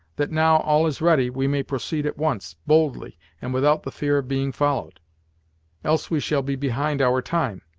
that now all is ready, we may proceed at once, boldly, and without the fear of being followed else we shall be behind our time.